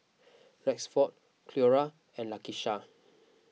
Rexford Cleora and Lakisha